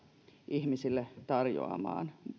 ihmisille tarjoamaan